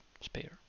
spare